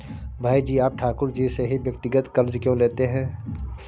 भाई जी आप ठाकुर जी से ही व्यक्तिगत कर्ज क्यों लेते हैं?